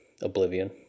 oblivion